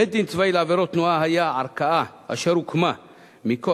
בית-דין צבאי לעבירות תנועה היה ערכאה אשר הוקמה מכוח,